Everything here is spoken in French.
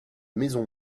maison